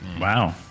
Wow